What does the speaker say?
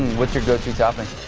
what you go to topic.